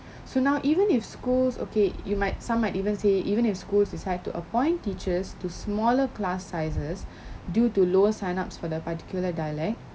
so now even if schools okay you might some might even say even if schools decide to appoint teachers to smaller class sizes due to lower sign ups for the particular dialect